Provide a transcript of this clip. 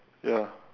ya